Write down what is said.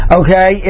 okay